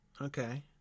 Okay